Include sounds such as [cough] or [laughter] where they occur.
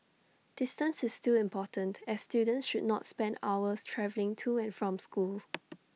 distance is still important as students should not spend hours travelling to and from school [noise]